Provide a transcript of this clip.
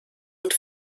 und